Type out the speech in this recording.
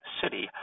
city